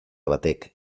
batek